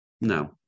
No